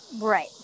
Right